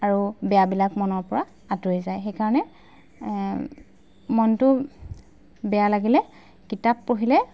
আৰু বেয়াবিলাক মনৰ পৰা আঁতৰি যায় সেইকাৰণে মনটো বেয়া লাগিলে কিতাপ পঢ়িলে